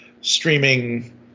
streaming